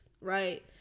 right